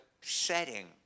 setting